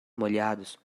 molhados